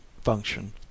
function